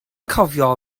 cofio